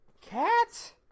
Cat